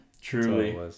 Truly